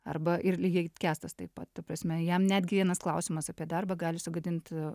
arba ir lygiai kęstas taip pat ta prasme jam netgi vienas klausimas apie darbą gali sugadinti